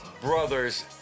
brother's